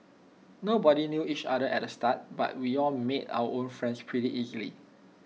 nobody knew each other at the start but we all made our own friends pretty easily